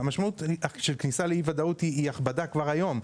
כשהמשמעות של אי ודאות היא הכבדה כבר היום,